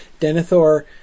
Denethor